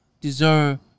deserve